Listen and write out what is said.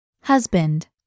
Husband